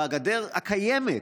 בגדר הקיימת,